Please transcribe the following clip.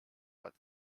but